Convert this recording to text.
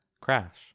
crash